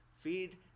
Feed